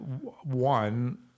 One